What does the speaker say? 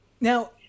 Now